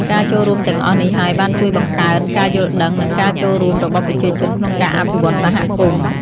ការចូលរួមទាំងអស់នេះហើយបានជួយបង្កើនការយល់ដឹង និងការចូលរួមរបស់ប្រជាជនក្នុងការអភិវឌ្ឍសហគមន៍។